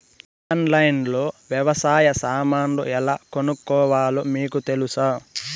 ఆన్లైన్లో లో వ్యవసాయ సామాన్లు ఎలా కొనుక్కోవాలో మీకు తెలుసా?